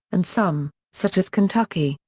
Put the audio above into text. and some, such as kentucky,